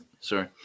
sorry